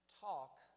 talk